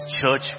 church